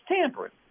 tampering